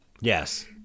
Yes